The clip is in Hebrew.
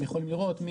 אתם יכולים לראות,